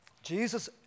Jesus